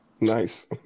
Nice